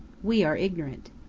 we are ignorant.